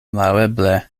laŭeble